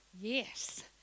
yes